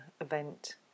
event